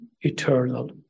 eternal